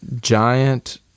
giant